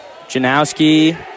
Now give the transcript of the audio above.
Janowski